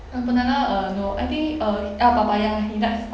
uh banana uh no I think uh ah papaya he likes